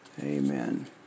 Amen